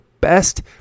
best